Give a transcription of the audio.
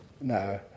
No